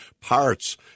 parts